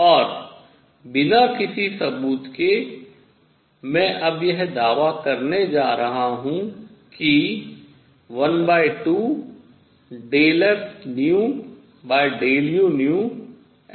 और बिना किसी सबूत के मैं अब यह दावा करने जा रहा हूँ कि 1T∂s∂uV है